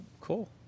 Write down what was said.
Cool